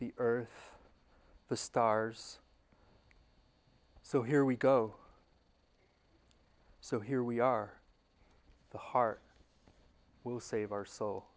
the earth the stars so here we go so here we are the heart will save our so